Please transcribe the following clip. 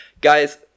Guys